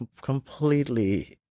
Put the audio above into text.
completely